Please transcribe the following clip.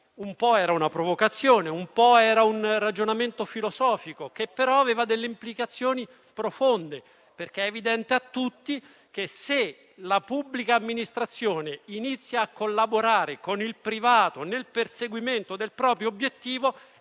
un po' una provocazione, un po' un ragionamento filosofico, che però aveva delle implicazioni profonde, perché è evidente a tutti che se la pubblica amministrazione inizia a collaborare con il privato nel perseguimento del proprio obiettivo,